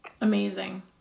amazing